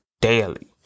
daily